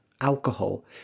alcohol